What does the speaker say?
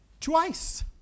twice